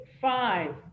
five